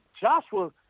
Joshua